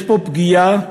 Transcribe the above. יש פגיעה